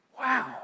Wow